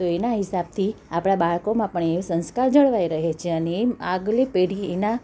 તો એના હિસાબથી આપણાં બાળકોમાં પણ એ સંસ્કાર જળવાઈ રહે છે અને એ આગલી પેઢીના